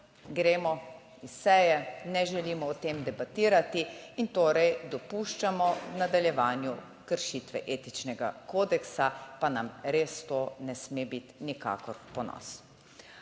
gremo iz seje, ne želimo o tem debatirati in torej dopuščamo nadaljevanju kršitve etičnega kodeksa. Pa nam res to ne sme biti nikakor v ponos.